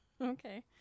Okay